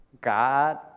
God